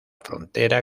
frontera